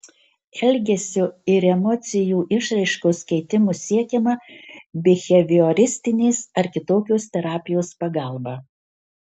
elgesio ir emocijų išraiškos keitimo siekiama bihevioristinės ar kitokios terapijos pagalba